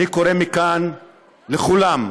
אני קורא מכאן לכולם להתעשת,